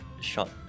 short